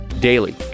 daily